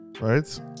right